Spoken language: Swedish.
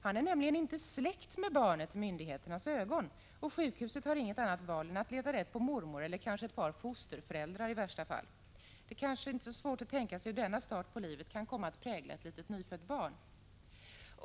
Han är nämligen i myndigheternas ögon inte släkt med barnet, och sjukhuset har inget annat val än att leta rätt på mormor eller kanske i värsta fall ett par fosterföräldrar. Det är kanske inte svårt att tänka sig hur denna start i livet kan komma att prägla ett litet nyfött barn.